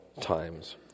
times